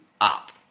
up